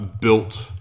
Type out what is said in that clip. built